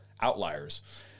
outliers